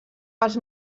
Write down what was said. pels